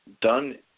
done